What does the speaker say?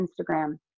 Instagram